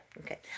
Okay